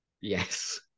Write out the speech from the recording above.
Yes